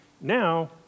Now